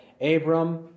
Abram